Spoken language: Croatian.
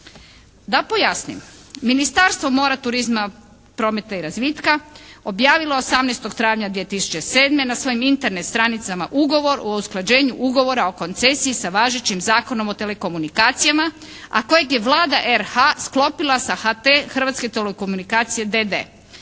Da pojasnim, Ministarstvo mora, turizma, prometa i razvitka objavilo je 18. travnja 2007. na svojim Internet stranicama Ugovor o usklađenju ugovora o koncesiji sa važećim Zakonom o telekomunikacijama, a kojeg je Vlada RH sklopila sa HT, Hrvatske telekomunikacije,